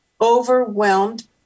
overwhelmed